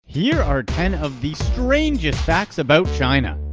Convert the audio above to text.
here are ten of the strangest facts about china!